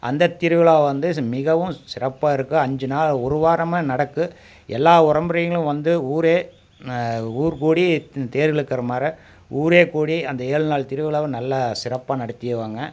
அந்த திருவிழாவை வந்து மிகவும் சிறப்பாக இருக்கும் அஞ்சு நாள் ஒரு வாரமாக நடக்கும் எல்லா உறம்பறைகளும் வந்து ஊரே ஊர் கூடி தேரிழுக்கிற மாரி ஊரே கூடி அந்த ஏழு நாள் திருவிழாவை நல்ல சிறப்பாக நடத்திருவாங்க